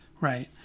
Right